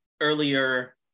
earlier